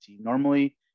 Normally